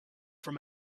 from